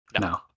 No